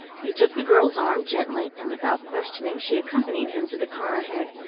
he took the girl's arm gently, and without questioning she accompanied him to the car ahead,